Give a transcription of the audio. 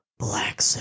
black